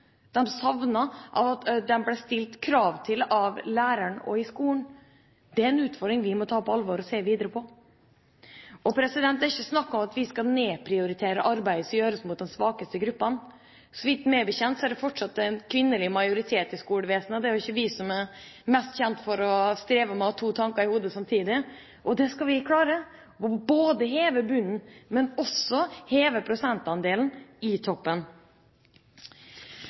dem av læreren og i skolen. Det er en utfordring vi må ta på alvor og se videre på. Det er ikke snakk om at vi skal nedprioritere det arbeidet som gjøres overfor de svakeste gruppene. Meg bekjent er det fortsatt en kvinnelig majoritet i skolevesenet, og det er ikke vi som er mest kjent for å streve med å ha to tanker i hodet samtidig. Det skal vi klare ved å heve bunnen, men også heve prosentandelen i toppen.